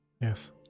Yes